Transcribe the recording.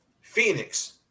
Phoenix